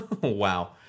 Wow